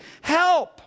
Help